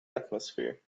atmosphere